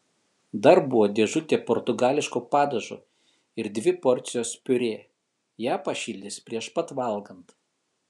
dar buvo dėžutė portugališko padažo ir dvi porcijos piurė ją pašildys prieš pat valgant